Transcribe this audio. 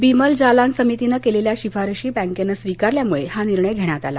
बिमल जालन समितीनं केलेल्या शिफारशी बॅकेनं स्वीकारल्यामुळे हा निर्णय धेण्यात आला